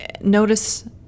notice